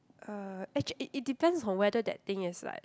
uh actua~ it it depends on whether that thing is like